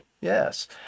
Yes